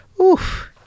oof